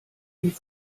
die